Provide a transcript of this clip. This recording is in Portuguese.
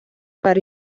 para